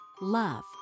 love